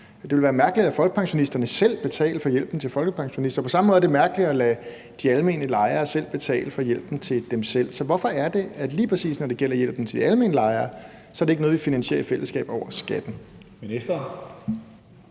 Det ville være mærkeligt, hvis folkepensionisterne selv betalte for hjælpen til folkepensionister. På samme måde er det mærkeligt at lade de almene lejere selv betale for hjælpen til dem selv. Så hvorfor er det, at lige præcis når det gælder hjælpen til de almene lejere, er det ikke noget, vi finansierer i fællesskab over skatten? Kl.